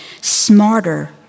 smarter